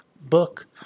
book